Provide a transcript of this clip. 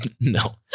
No